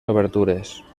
obertures